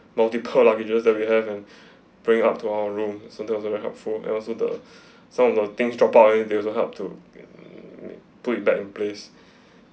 multiple luggages that we have and bring up to our room so that was a very helpful and also the some of the things dropped by they also helped to err put it back in place